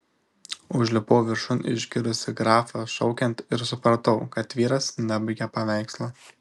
užlipau viršun išgirdusi grafą šaukiant ir supratau kad vyras nebaigė paveikslo